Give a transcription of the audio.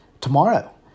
tomorrow